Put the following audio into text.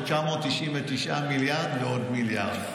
זה 999 מיליארד ועוד מיליארד,